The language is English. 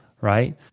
right